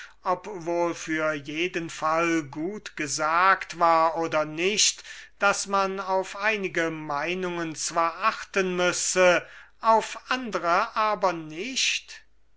wohl für jeden fall gut gesagt war oder nicht daß man auf einige meinungen zwar achten müsse auf andere aber nicht